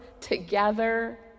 together